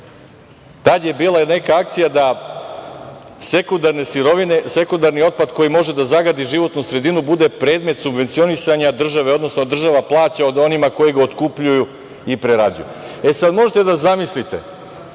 tada je bila neka akcija da sekundarne sirovine, sekundarni otpad koji može da zagadi životnu sredinu bude predmet subvencionisanja države, odnosno država plaća onima koji ga otkupljuju i prerađuju. Sada, možete da zamislite